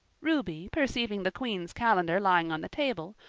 ruby, perceiving the queen's calendar lying on the table,